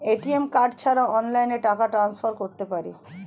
ATM card ছাড়া অনলাইনে টাকা টান্সফার করতে পারি?